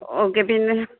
okay പിന്നെ